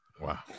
wow